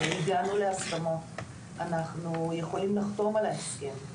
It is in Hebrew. הגענו להסכמות ואנחנו יכולים לחתום על ההסכם.